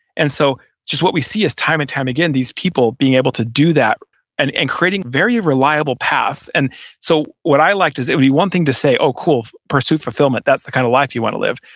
and so just what we see is time and time again, these people being able to do that and and creating very reliable paths and so what i liked is it would be one thing to say, oh cool, pursue fulfillment. that's the kind of life you want to live.